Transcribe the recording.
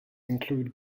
include